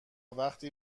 وقتی